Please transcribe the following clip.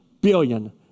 billion